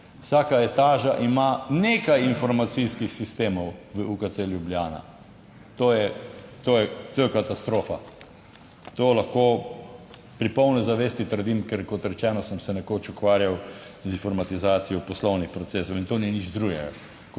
Vsaka etaža ima nekaj informacijskih sistemov v UKC Ljubljana. To je, to je, to je katastrofa. To lahko pri polni zavesti trdim, ker kot rečeno, sem se nekoč ukvarjal z informatizacijo poslovnih procesov in to ni drugega, kot